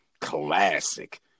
classic